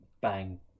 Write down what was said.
bang